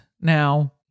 now